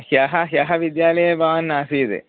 ह्यः ह्यः विद्यालये भवान् नासीद्